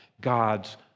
God's